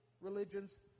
religions